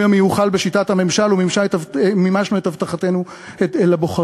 המיוחל בשיטת הממשל ומימשו את הבטחתם לבוחרים,